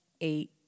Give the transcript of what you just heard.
eight